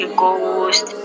ghost